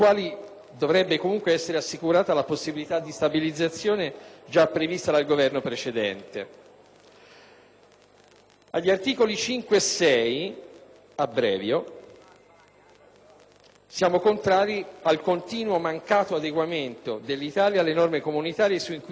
Agli articoli 5 e 6 siamo contrari per il continuo mancato adeguamento dell'Italia alle norme comunitarie sull'inquinamento delle falde idriche e rifiuti, siano essi rifiuti solidi urbani o rifiuti speciali.